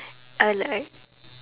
I like